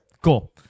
cool